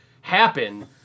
happen